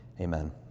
Amen